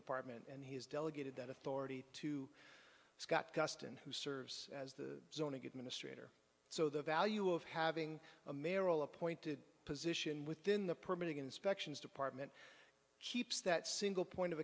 department and he has delegated that authority to scott guston who serves as the zoning administrator so the value of having a mayoral appointed position within the permit inspections department keeps that single point of